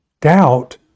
doubt